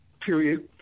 period